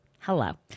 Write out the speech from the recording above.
hello